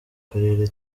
karere